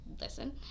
listen